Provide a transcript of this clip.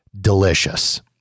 Delicious